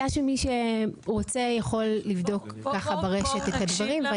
שמי שרוצה יבדוק ברשת את הדברים.